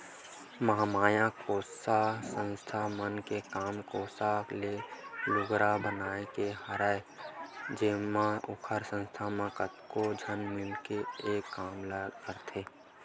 महामाया कोसा संस्था मन के काम कोसा ले लुगरा बनाए के हवय जेमा ओखर संस्था म कतको झन मिलके एक काम ल करथे